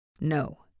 No